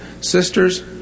Sisters